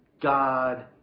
God